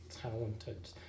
talented